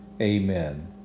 Amen